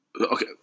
Okay